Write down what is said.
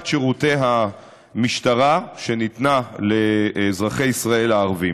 שירותי המשטרה שניתנו לאזרחי ישראל הערבים.